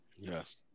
Yes